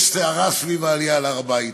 יש סערה סביב העלייה להר-הבית.